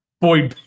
boy